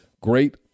Great